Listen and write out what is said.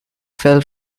fell